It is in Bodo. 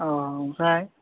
औ ओमफ्राय